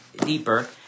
deeper